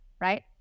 right